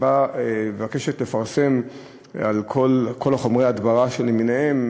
שמבקשת לפרסם לגבי על כל חומרי ההדברה למיניהם,